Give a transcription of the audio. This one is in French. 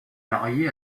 marié